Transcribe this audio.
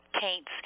paints